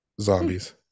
zombies